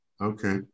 Okay